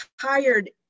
hired